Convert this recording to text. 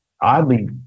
oddly